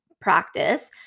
practice